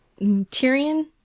Tyrion